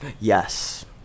Yes